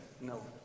No